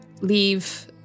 leave